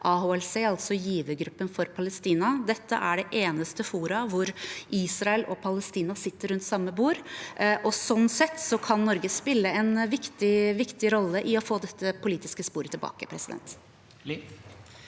AHLC, altså givergruppen for Palestina. Dette er det eneste forumet hvor Israel og Palestina sitter rundt samme bord, og slik sett kan Norge spille en viktig rolle i å få dette politiske sporet tilbake.